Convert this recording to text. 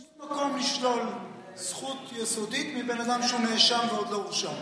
יש מקום לשלול זכות יסודית מבן אדם שהוא נאשם ועוד לא הורשע,